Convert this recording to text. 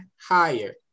higher